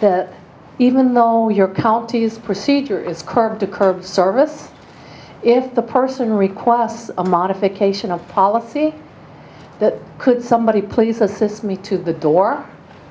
van even though your county's procedure is curb to curb service if the person requests a modification of policy that could somebody please assist me to the door